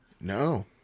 No